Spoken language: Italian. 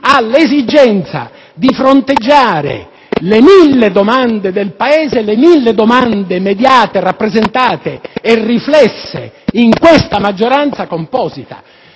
ha l'esigenza di fronteggiare le mille domande del Paese, mediate, rappresentate e riflesse in questa maggioranza composita,